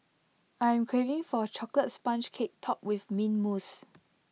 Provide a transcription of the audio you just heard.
I am craving for A Chocolate Sponge Cake Topped with Mint Mousse